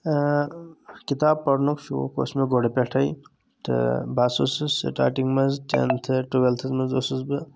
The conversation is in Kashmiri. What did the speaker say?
کِتاب پرنُک شوق اوس مےٚ گۄڈٕ پٮ۪ٹھے تہٕ بہٕ ہسا اوسُس سِٹاٹِنگ منٛز ٹٮ۪نتھ ٹُوٮ۪لتھس منٛز اوسُس بہٕ